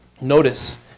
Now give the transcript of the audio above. Notice